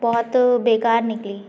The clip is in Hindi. बहुत बेकार निकली